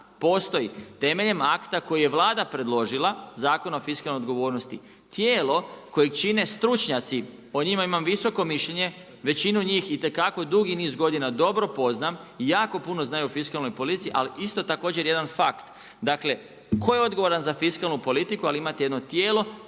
postoji temeljem akta koji je Vlada predložila Zakon o fiskalnoj odgovornosti, tijelo kojeg čine stručnjaci, o njima imam visoko mišljenje, većinu njih itekako dugi niz godina dobro poznam i jako puno znaju o fiskalnoj politici, ali isto također jedan fakt. Dakle tko je odgovaran za fiskalnu politiku, ali imate jedno tijelo